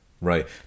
Right